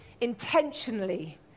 intentionally